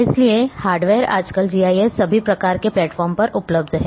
इसलिए हार्डवेयर आजकल जीआईएस सभी प्रकार के प्लेटफार्मों पर उपलब्ध है